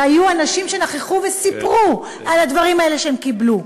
והיו בה אנשים שסיפרו על הדברים האלה שהם קיבלו.